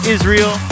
Israel